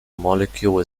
molecule